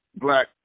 black